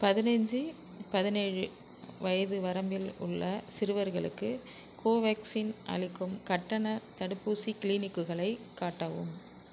பதினஞ்சு பதினேழு வயது வரம்பில் உள்ள சிறுவர்களுக்கு கோவேக்ஷின் அளிக்கும் கட்டணத் தடுப்பூசி க்ளீனிக்குகளைக் காட்டவும்